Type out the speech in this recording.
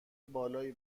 بالایی